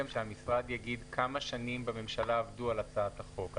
שהמשרד גם יגיד כמה שנים עבדו בממשלה על הכנת הצעת החוק.